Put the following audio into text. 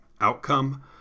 outcome